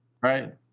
Right